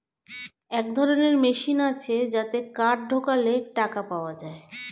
এক ধরনের মেশিন আছে যাতে কার্ড ঢোকালে টাকা পাওয়া যায়